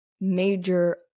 major